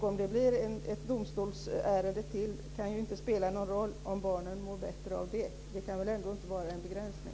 Om det blir ett domstolsärende till kan ju inte spela någon roll, om barnen mår bättre av det. Det kan väl ändå inte vara en begränsning.